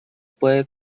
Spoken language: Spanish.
puede